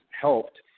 helped